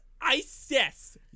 Isis